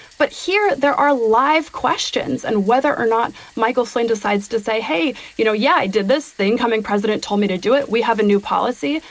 but here there are live questions and whether or not michael flynn decides to say, hey, you know, yeah, i did this. the incoming president told me to do it. we have a new policy.